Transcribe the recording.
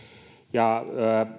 ja